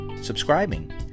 subscribing